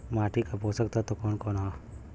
माटी क पोषक तत्व कवन कवन ह?